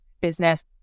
business